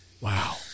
Wow